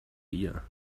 ihr